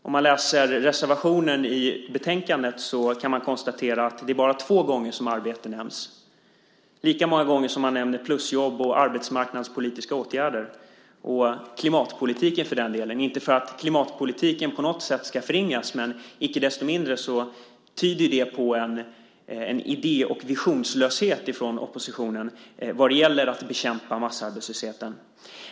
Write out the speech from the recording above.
Om man läser reservationen i betänkandet kan man konstatera att arbete nämns bara två gånger - lika många gånger som man nämner plusjobb, arbetsmarknadspolitiska åtgärder och för den delen även klimatpolitiken. Klimatpolitiken ska på intet sätt förringas, men icke desto mindre tyder detta på en idé och visionslöshet från oppositionen vad gäller att bekämpa massarbetslösheten.